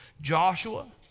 Joshua